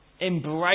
embrace